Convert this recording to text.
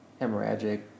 hemorrhagic